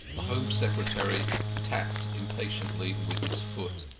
the home secretary tapped impatiently with his foot.